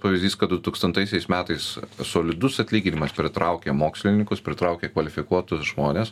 pavyzdys kad du tūkstantaisiais metais solidus atlyginimas pritraukė mokslininkus pritraukė kvalifikuotus žmones